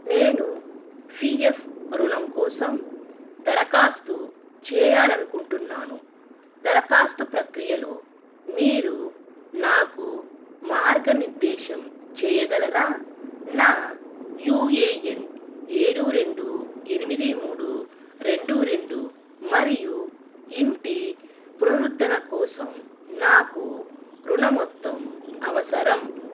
నేను P F రుణం కోసం దరఖాస్తు చేయాలి అనుకుంటున్నాను దరఖాస్తు ప్రక్రియలో మీరు నాకు మార్గనిర్దేశం చేయగలరా నా యూ ఏ ఎన్ ఏడు రెండు ఎనిమిది మూడు రెండు రెండు మరియు ఇంటి పునరుద్ధరణ కోసం నాకు రుణమొత్తం అవసరం